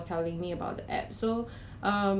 yeah but I can go and check ah